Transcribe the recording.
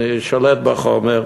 אני שולט בחומר.